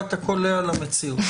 אתה קולע למציאות.